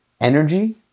energy